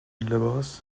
لباس